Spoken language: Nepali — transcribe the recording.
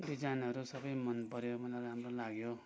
डिजाइनहरू सबै मनपऱ्यो मलाई राम्रो लाग्यो